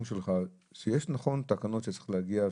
שלך שיש נכון תקנות שצריכות להגיע.